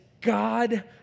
God